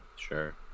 Sure